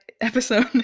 episode